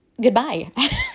Goodbye